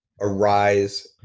Arise